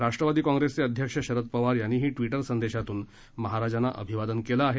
राष्ट्रवादी काँप्रेसचे अध्यक्ष शरद पवार यांनीही ट्विटर संदेशातून महाराजांना अभिवादन केलं आहे